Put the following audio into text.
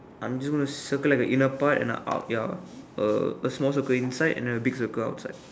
I'm just gonna circle like a inner part and a out ya uh a small circle inside and then a big circle outside